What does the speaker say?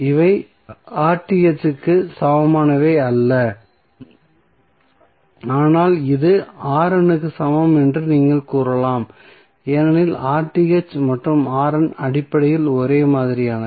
இவை க்கு சமமானவை அல்ல ஆனால் இது க்கு சமம் என்று நீங்கள் கூறலாம் ஏனெனில் மற்றும் அடிப்படையில் ஒரே மாதிரியானவை